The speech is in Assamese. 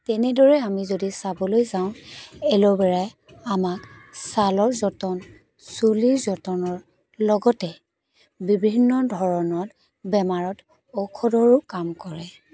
তেনেদৰে আমি যদি চাবলৈ যাওঁ এল'ভেৰাই আমাক চালৰ যতন চুলিৰ যতনৰ লগতে বিভিন্ন ধৰণৰ বেমাৰত ঔষধৰো কাম কৰে